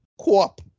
co-op